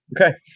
Okay